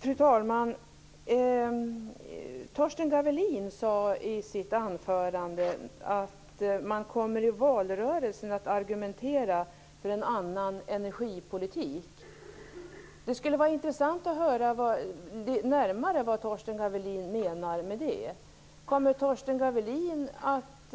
Fru talman! Torsten Gavelin sade i sitt anförande att man i valrörelsen kommer att argumentera för en annan energipolitik. Det skulle vara intressant att höra närmare vad Torsten Gavelin menar med det. Kommer Torsten Gavelin att